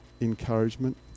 encouragement